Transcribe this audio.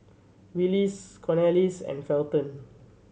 Willis Cornelius and Felton